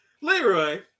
Leroy